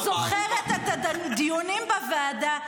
אני פשוט זוכרת את הדיונים בוועדה,